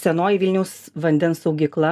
senoji vilniaus vandens saugykla